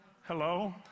hello